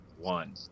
one